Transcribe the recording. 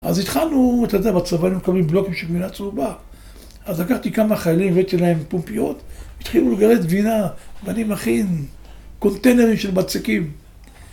אז התחלנו, אתה יודע, בצבא היינו מקבלים בלוקים של גבינה צהובה אז לקחתי כמה חיילים והבאתי להם פומפיות, התחילו לגרד גבינה ואני מכין קונטיינרים של בצקים